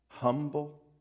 humble